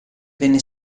venne